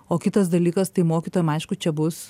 o kitas dalykas tai mokytojam aišku čia bus